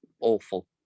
awful